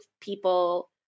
people